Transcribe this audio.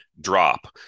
drop